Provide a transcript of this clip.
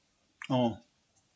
oh